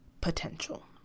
potential